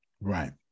Right